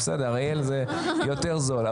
בסדר, אריאל זה יותר זול.